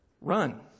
run